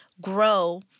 grow